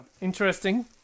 interesting